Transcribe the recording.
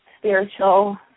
spiritual